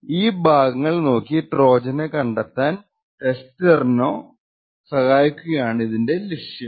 ഈ ഭാഗങ്ങൾ നോക്കി ട്രോജനെ കണ്ടെത്താൻ ടെസ്റ്ററിനെ സഹായിക്കുകയാണിതിന്റെ ലക്ഷ്യം